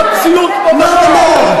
במציאות פה, מה הוא אמר?